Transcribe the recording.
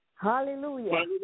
Hallelujah